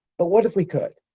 but what if we could?